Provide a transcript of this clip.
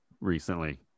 recently